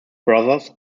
brothers